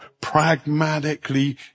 pragmatically